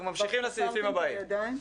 אז אנחנו ממשיכים לסעיפים הבאים.